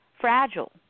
fragile